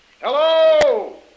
Hello